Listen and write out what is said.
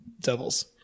devils